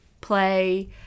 play